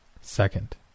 Second